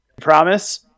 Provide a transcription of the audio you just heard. Promise